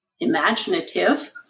imaginative